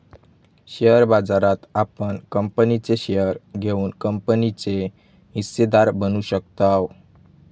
share बाजारात आपण कंपनीचे शेअर घेऊन कंपनीचे हिस्सेदार बनू शकताव